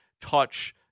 touch